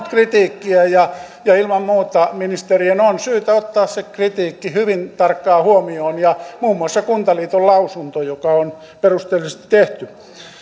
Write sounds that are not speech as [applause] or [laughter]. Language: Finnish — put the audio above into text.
[unintelligible] kritiikkiä ja ilman muuta ministeriön on syytä ottaa se kritiikki hyvin tarkkaan huomioon ja muun muassa kuntaliiton lausunto joka on perusteellisesti tehty